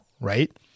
right